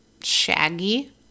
shaggy